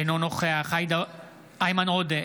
אינו נוכח איימן עודה,